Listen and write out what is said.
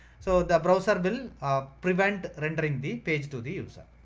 so the browser will, ah, prevent rendering the page to the user.